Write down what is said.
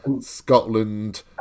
scotland